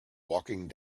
walking